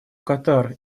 катар